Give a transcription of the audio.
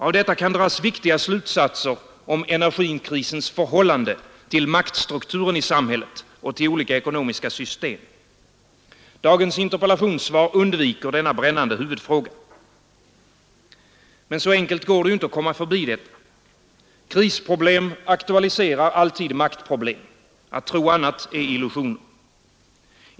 Av detta kan dras viktiga slutsatser om energikrisens förhållande till maktstrukturen i samhället och till olika ekonomiska system. Dagens interpellationssvar undviker denna brännande huvudfråga. Men så enkelt går det inte att komma förbi detta. Krisproblem aktualiserar alltid maktproblem. Att tro annat är illusioner.